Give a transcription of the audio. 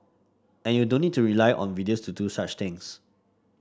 and you don't need to rely on videos to do such things